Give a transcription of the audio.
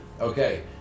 Okay